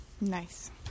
Nice